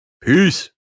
Peace